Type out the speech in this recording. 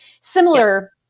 Similar